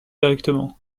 directement